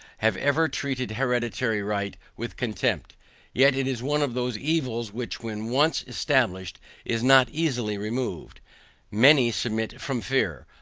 have ever treated hereditary right with contempt yet it is one of those evils, which when once established is not easily removed many submit from fear,